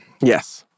Yes